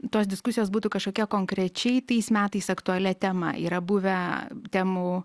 tos diskusijos būtų kažkokia konkrečiai tais metais aktualia tema yra buvę temų